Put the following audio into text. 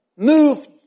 Move